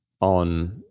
on